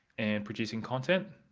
and producing content